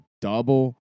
double